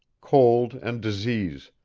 cold and disease.